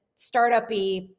startup-y